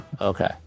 Okay